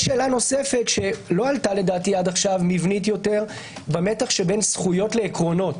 יש שאלה נוסת שלא עלתה עד כה מבנית יותר במתח של זכויות ועקרונות.